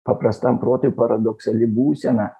paprastam protui paradoksali būsena